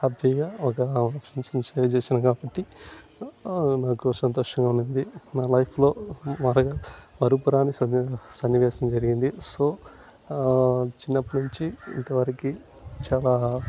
హ్యాప్పీగా ఒక ఫ్రెండ్స్ ని సేవ్ చేసాను కాబట్టి నాకు సంతోషంగా ఉండింది నా లైఫ్లో మరవ మరపురాని సంఘటన సన్నివేశం జరిగింది సో ఆ చిన్నప్పున్నించి ఇంతవరకు